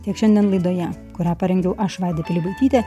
tiek šiandien laidoje kurią parengiau aš vaida pilibaitytė